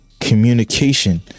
communication